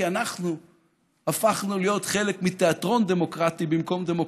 כי אנחנו הפכנו להיות חלק מתיאטרון דמוקרטי במקום דמוקרטיה.